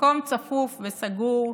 מקום צפוף וסגור,